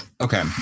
Okay